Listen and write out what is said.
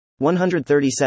137